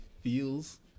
feels